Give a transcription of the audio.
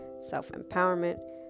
self-empowerment